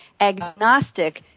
agnostic